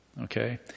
Okay